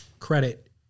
Credit